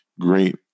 great